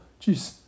Jeez